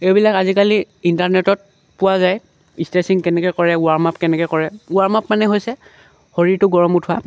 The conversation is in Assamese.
এইবিলাক আজিকালি ইণ্টাৰনেটত পোৱা যায় ষ্ট্ৰেচিং কেনেকৈ কৰে ৱাৰ্ম আপ কেনেকৈ কৰে ৱাৰ্ম আপ মানে হৈছে শৰীৰটো গৰম উঠোৱা